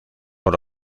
por